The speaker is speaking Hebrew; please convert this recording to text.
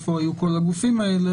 איפה היו כל הגופים האלה,